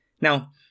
Now